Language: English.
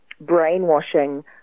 brainwashing